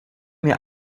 mir